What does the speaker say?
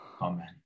Amen